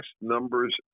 numbers